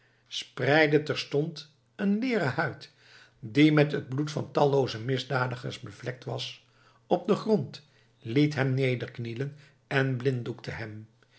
spreidde terstond een leeren huid die met het bloed van tallooze misdadigers bevlekt was op den grond liet hem nederknielen en blinddoekte hem